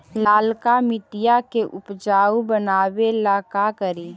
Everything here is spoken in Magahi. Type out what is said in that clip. लालका मिट्टियां के उपजाऊ बनावे ला का करी?